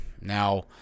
now